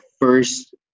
first